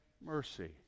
mercy